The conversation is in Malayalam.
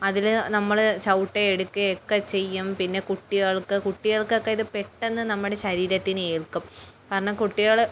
അതിൽ നമ്മൾ ചവിട്ടുകയും എടുക്കുകയും ഒക്കെ ചെയ്യും പിന്നെ കുട്ടികൾക്ക് കുട്ടികൾക്കൊക്കെ ഇത് പെട്ടെന്ന് നമ്മുടെ ശരീരത്തിനേൽക്കും കാരണം കുട്ടികൾ